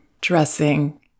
dressing